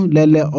Lele